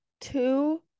Two